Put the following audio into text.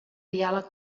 diàleg